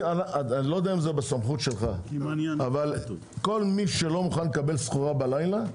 לא יודע אם זה בסמכותך אבל כל מי שלא מוכן לקבל סחורה בלילה,